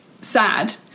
sad